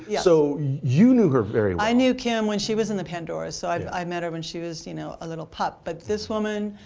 yeah so you knew her very. i knew kim when she was in the pandoras. so i met her when she was you know a little pup. but this woman,